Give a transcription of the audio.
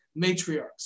matriarchs